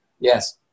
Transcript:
Yes